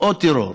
או טרור.